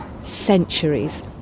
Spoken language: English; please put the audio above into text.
centuries